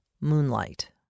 Moonlight